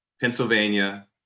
Pennsylvania